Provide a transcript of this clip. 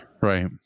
right